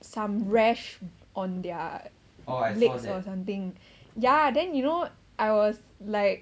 some rash on their legs or something yeah then you know I was like